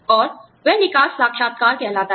और वह निकास साक्षात्कार कहलाता है